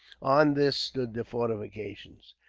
on this stood the fortifications.